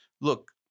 Look